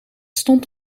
stond